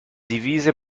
divise